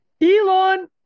Elon